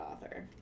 author